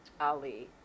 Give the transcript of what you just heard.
Ali